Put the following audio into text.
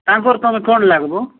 ତାଙ୍କର ତୁମେ କ'ଣ ଲାଗିବ